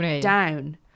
down